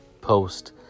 post